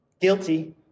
Guilty